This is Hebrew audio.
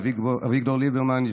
אביגדור ליברמן,